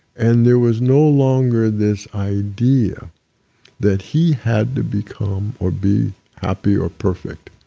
and there was no longer this idea that he had to become or be happy or perfect,